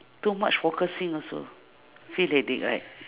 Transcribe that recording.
too much focusing also feel headache right